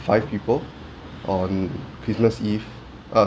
five people on christmas eve uh